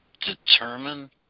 determine